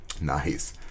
nice